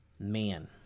man